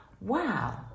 wow